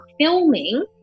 filming